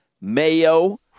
Mayo